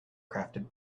crafted